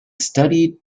studied